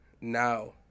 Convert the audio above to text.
now